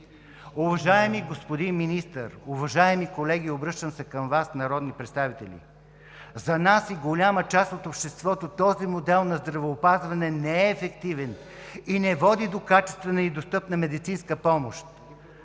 Уважаеми господин Министър, уважаеми колеги, обръщам се към Вас, народни представители! За нас и голяма част от обществото този модел на здравеопазване не е ефективен и не води до качествена и достъпна медицинска помощ.